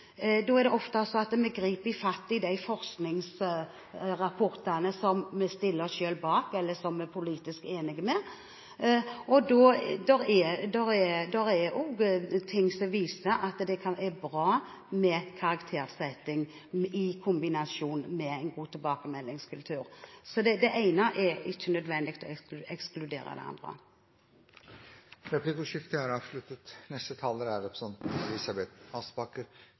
ofte slik at vi griper fatt i de forskningsrapportene som vi stiller oss bak, eller som vi er politisk enig i. Det er ting som viser at karaktersetting kan være bra, i kombinasjon med en god tilbakemeldingskultur. Så det ene ekskluderer ikke nødvendigvis det andre. Replikkordskiftet er